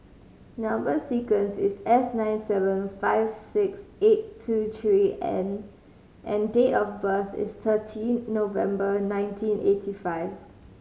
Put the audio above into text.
number sequence is S nine seven five six eight two three N and date of birth is thirteen November nineteen eighty five